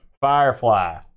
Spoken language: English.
Firefly